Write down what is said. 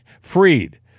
Freed